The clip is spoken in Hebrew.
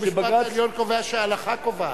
בית-המשפט העליון קובע שההלכה קובעת.